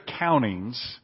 accountings